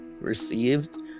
received